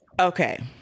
Okay